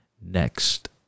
next